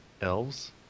elves